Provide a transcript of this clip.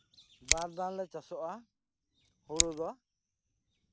ᱵᱟᱨ ᱫᱷᱟᱣ ᱞᱮ ᱪᱟᱥᱚᱜᱼᱟ ᱦᱩᱲᱩ ᱫᱚ